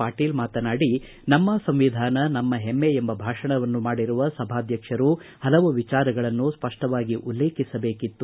ಪಾಟೀಲ್ ಮಾತನಾಡಿ ನಮ್ಮ ಸಂವಿಧಾನ ನಮ್ಮ ಹೆಮ್ಮೆ ಎಂಬ ಭಾಷಣವನ್ನು ಮಾಡಿರುವ ಸಭಾಧಕ್ಷರು ಹಲವು ವಿಚಾರಗಳನ್ನು ಸ್ಪಷ್ಟವಾಗಿ ಉಲ್ಲೇಖಿಸಬೇಕಾಗಿತ್ತು